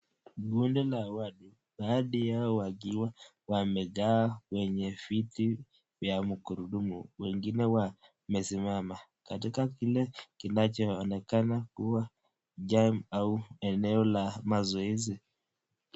Kundi la watu baadhi yao wakiwa wamekaa kwenye viti vya kurudumu wengine wamesimama katika kile kinachoonekana kuwa chaam ama eneo la mazoezi.